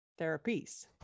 therapies